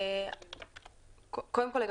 קודם כול,